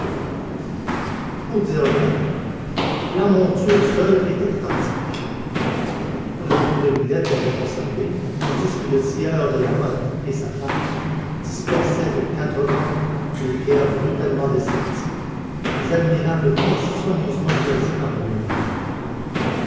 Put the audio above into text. pour dire vrai la monture seule était authentique rétaux de villette l'avait conservée tandis que le sieur de la motte et sa femme dispersaient aux quatre vents les pierres brutalement desserties les admirables pierres si soigneusement choisies par